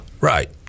right